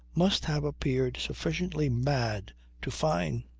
must have appeared sufficiently mad to fyne.